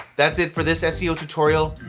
that's it for this seo tutorial,